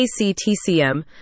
ACTCM